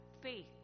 faith